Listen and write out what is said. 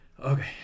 Okay